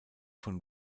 von